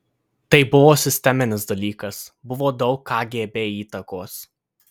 tai buvo sisteminis dalykas buvo daug kgb įtakos